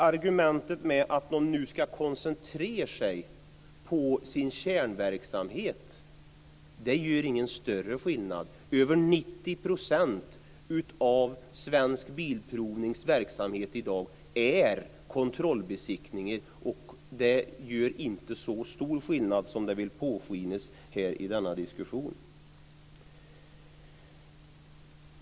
Att man nu ska koncentrera sig på sin kärnverksamhet gör ingen större skillnad. Över 90 % av Svensk Bilprovnings verksamhet i dag består av kontrollbesiktningar, och en koncentration på kärnverksamheten gör inte så stor skillnad som det vill påskinas i denna diskussion.